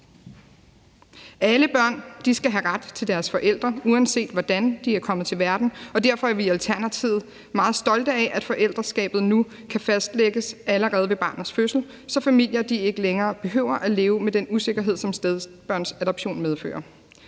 Alle børn skal have ret til deres forældre, uanset hvordan de er kommet til verden, og derfor er vi i Alternativet meget stolte af, at forældreskabet nu kan fastlægges allerede ved barnets fødsel, så familier ikke længere behøver at leve med den usikerhed, som spædbørnsadoption medfører.